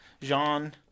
Jean